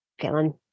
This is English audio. feeling